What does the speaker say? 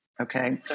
Okay